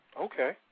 Okay